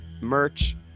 merch